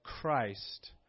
Christ